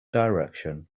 direction